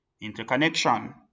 interconnection